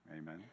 amen